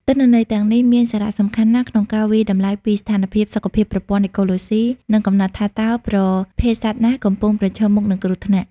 ទិន្នន័យទាំងនេះមានសារៈសំខាន់ណាស់ក្នុងការវាយតម្លៃពីស្ថានភាពសុខភាពប្រព័ន្ធអេកូឡូស៊ី និងកំណត់ថាតើប្រភេទសត្វណាកំពុងប្រឈមមុខនឹងគ្រោះថ្នាក់។